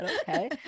Okay